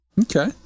Okay